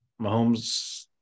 Mahomes